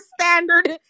standard